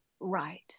Right